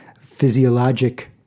physiologic